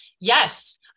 yes